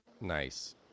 nice